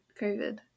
covid